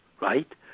right